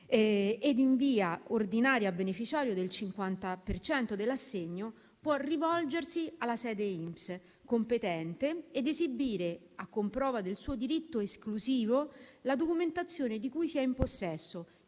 ed in via ordinaria beneficiario del 50 per cento dell'assegno, può rivolgersi alla sede INPS competente ed esibire, a comprova del suo diritto esclusivo, la documentazione di cui sia in possesso.